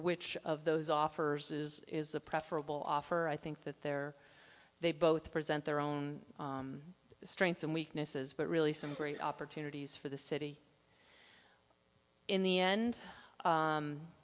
which of those offers is is the preferable offer i think that there they both present their own strengths and weaknesses but really some great opportunities for the city in the end